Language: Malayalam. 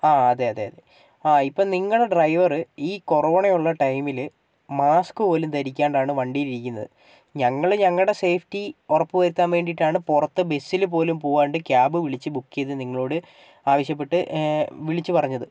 അതേയതേയതേ ഇപ്പം നിങ്ങളുടെ ഡ്രൈവറ് ഈ കൊറോണ ഉള്ള ടൈമിൽ മാസ്ക് പോലും ധരിക്കാണ്ടാണ് വണ്ടിയിൽ ഇരിക്കുന്നത് ഞങ്ങൾ ഞങ്ങളുടെ സേഫ്റ്റി ഉറപ്പ് വരുത്താൻ വേണ്ടിയിട്ടാണ് പുറത്ത് ബസ്സിൽ പോലും പോവാണ്ട് ക്യാബ് വിളിച്ച് ബുക്ക് ചെയ്ത് നിങ്ങളോട് ആവശ്യപ്പെട്ട് വിളിച്ചുപറഞ്ഞത്